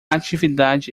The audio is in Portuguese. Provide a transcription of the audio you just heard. atividade